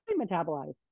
metabolized